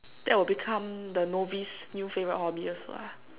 that will become the novice's new favorite hobby also lah